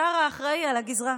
השר האחראי על הגזרה.